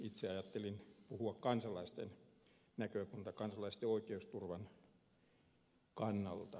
itse ajattelin puhua kansalaisten oikeusturvan kannalta